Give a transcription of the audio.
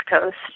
Coast